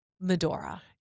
Medora